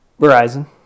Verizon